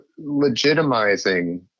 legitimizing